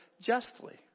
justly